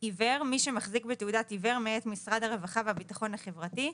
"עיוור" - מי שמחזיק בתעודת עיוור מאת משרד הרווחה והביטחון החברתי,